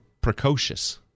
precocious